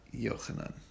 Yochanan